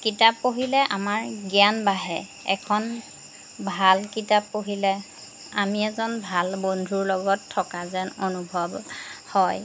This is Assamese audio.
কিতাপ পঢ়িলে আমাৰ জ্ঞান বাঢ়ে এখন ভাল কিতাপ পঢ়িলে আমি এজন ভাল বন্ধুৰ লগত থকা যেন অনুভৱ হয়